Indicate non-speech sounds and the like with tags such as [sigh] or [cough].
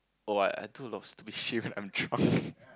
oh I I do a lot of stupid shits when I'm drunk [laughs]